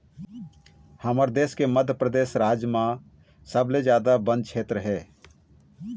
हमर देश के मध्यपरेदस राज म सबले जादा बन छेत्र हे